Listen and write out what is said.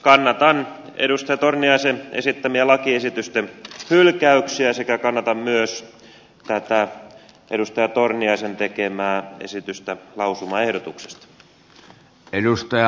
kannatan edustaja torniaisen esittämiä lakiehdotusten hylkäyksiä sekä kannatan myös edustaja torniaisen tekemää esitystä lausumaehdotuksesta